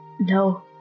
No